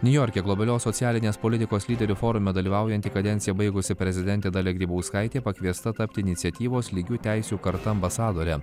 niujorke globalios socialinės politikos lyderių forume dalyvaujanti kadenciją baigusi prezidentė dalia grybauskaitė pakviesta tapti iniciatyvos lygių teisių karta ambasadore